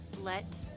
Let